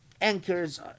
Anchors